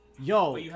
Yo